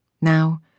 Now